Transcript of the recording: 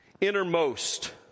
innermost